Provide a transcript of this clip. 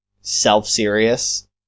self-serious